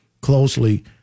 closely